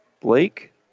Blake